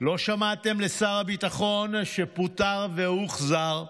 לא שמעתם לשר הביטחון שפוטר והוחזר,